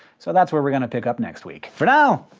so that's where we're gonna pick up next week. for now,